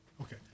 Okay